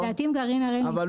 לדעתי עם גרעין הראל הוא נפגש.